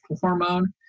hormone